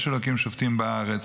יש אלוקים שופטים בארץ,